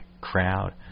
crowd